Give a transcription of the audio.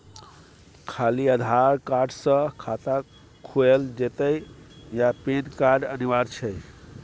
खाली आधार कार्ड स खाता खुईल जेतै या पेन कार्ड अनिवार्य छै?